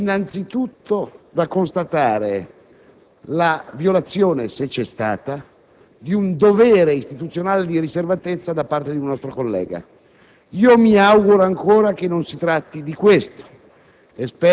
è, innanzitutto, da constatare la violazione, se vi è stata, di un dovere istituzionale di riservatezza da parte di un nostro collega. Mi auguro ancora che non si tratti di questo